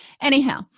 Anyhow